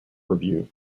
review